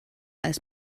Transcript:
als